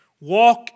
walk